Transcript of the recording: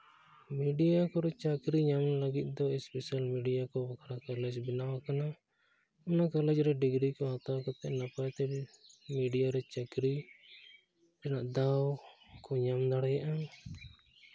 media ᱠᱚᱨᱮᱫ ᱪᱟᱹᱠᱨᱤ ᱧᱟᱢ ᱞᱟᱹᱜᱤᱫ ᱫᱚ ᱥᱯᱮᱥᱟᱞ ᱢᱤᱰᱤᱭᱟ ᱠᱚ ᱵᱟᱠᱷᱨᱟ ᱠᱚᱞᱮᱡᱽ ᱵᱮᱱᱟᱣ ᱟᱠᱟᱱᱟ ᱤᱱᱟᱹ ᱠᱚᱞᱮᱡᱽ ᱨᱮ ᱰᱤᱜᱽᱨᱤ ᱠᱚ ᱦᱟᱛᱟᱣ ᱠᱟᱛᱮᱫ ᱱᱟᱯᱟᱭ ᱛᱮ ᱢᱤᱰᱤᱭᱟ ᱨᱮ ᱪᱟᱹᱠᱨᱤ ᱨᱮᱱᱟᱜ ᱫᱟᱣ ᱠᱚ ᱧᱟᱢ ᱫᱟᱲᱮᱭᱟᱜᱼᱟ